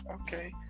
okay